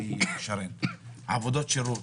בעונשים של עבודות שירות,